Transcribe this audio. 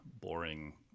boring